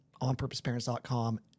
onpurposeparents.com